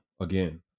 again